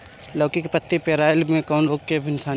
लौकी के पत्ति पियराईल कौन रोग के निशानि ह?